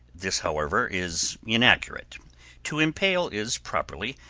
this, however, is inaccurate to impale is, properly,